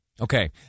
Okay